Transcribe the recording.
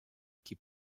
qui